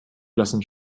blassen